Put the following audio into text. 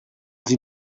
sie